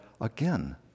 again